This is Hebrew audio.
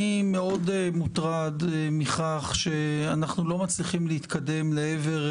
אני מאוד מוטרד מכך שאנחנו לא מצליחים להתקדם לעבר